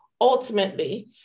ultimately